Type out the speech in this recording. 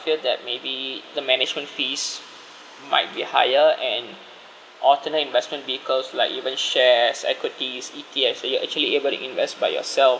feel that maybe the management fees might be higher and alternate investment vehicles like even shares equities E_T_Fs that you actually able to invest by yourself